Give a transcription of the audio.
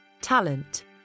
talent